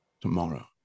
Tomorrow